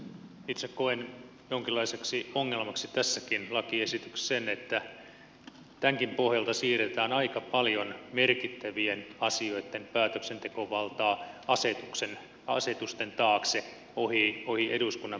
itse koen jonkinlaiseksi ongelmaksi tässäkin lakiesityksessä sen että tämänkin pohjalta siirretään aika paljon merkittävien asioitten päätöksentekovaltaa asetusten taakse ohi eduskunnan päätösvallan